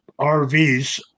RVs